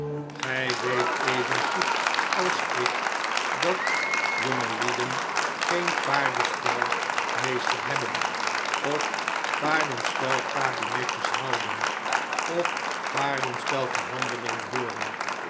gij weet evengoed als ik dat jongelieden geen paardenspel meester hebben of paardenspelkabinetjes houden of paardenspel verhandelingen hooren